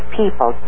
people